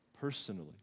personally